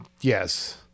yes